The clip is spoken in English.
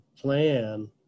plan